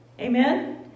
Amen